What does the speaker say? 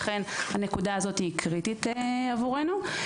לכן הנקודה הזאת היא קריטית עבורנו.